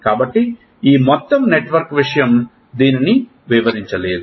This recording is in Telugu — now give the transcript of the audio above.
కాబట్టి ఈ మొత్తం నెట్వర్క్ విషయం దీనిని వివరించలేదు